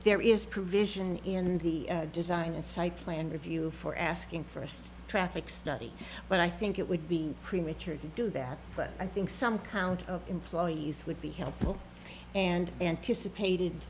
there is provision in the design and site plan review for asking for us traffic study but i think it would be premature to do that but i think some count of employees would be helpful and anticipated